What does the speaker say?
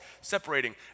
separating